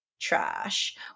Trash